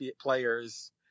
players